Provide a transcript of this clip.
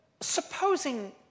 supposing